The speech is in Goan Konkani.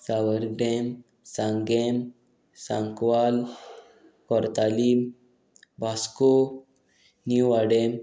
सावरडेम सांगें सांकवाल कोरतालीम वास्को निव वाडें